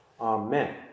Amen